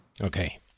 Okay